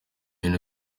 bintu